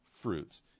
fruits